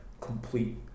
complete